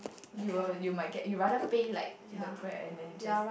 you will you might get you rather pay like the grab and then just